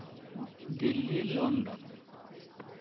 Delhi London